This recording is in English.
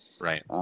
Right